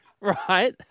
Right